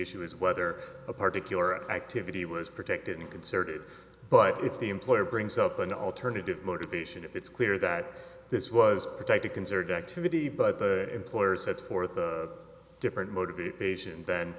issue is whether a particular activity was protected in concert but if the employer brings up an alternative motivation if it's clear that this was protected concerted activity but the employer sets forth a different motivation th